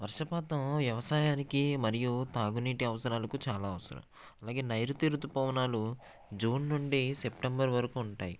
వర్షపాతం వ్యవసాయానికి మరియు త్రాగునీటి అవసరాలకు చాలా అవసరం అలాగే నైరుతి ఋతుపవనాలు జూన్ నుండి సెప్టెంబర్ వరకు ఉంటాయి